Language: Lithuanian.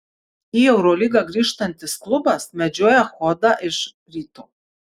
į eurolygą grįžtantis klubas medžioja echodą iš ryto